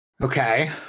Okay